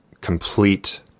complete